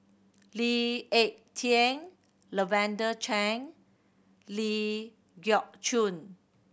Lee Ek Tieng Lavender Chang Ling Geok Choon